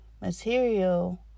material